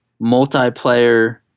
multiplayer